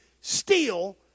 steal